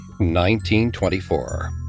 1924